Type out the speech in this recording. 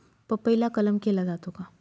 पपईला कलम केला जातो का?